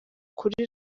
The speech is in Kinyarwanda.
kuri